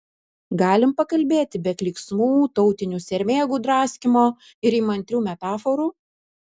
galim pakalbėti be klyksmų tautinių sermėgų draskymo ir įmantrių metaforų